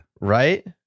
Right